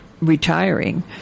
retiring